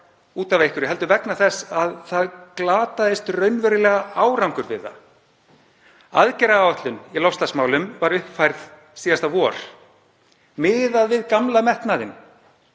út af einhverju heldur vegna þess að það glataðist raunverulega árangur við það. Aðgerðaáætlun í loftslagsmálum var uppfærð síðasta vor. Miðað við gamla metnaðinn